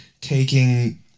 taking